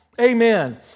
Amen